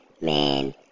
man